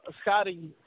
Scotty